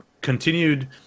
continued